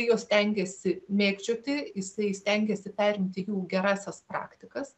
juos stengėsi mėgdžioti jisai stengėsi perimti jų gerąsias praktikas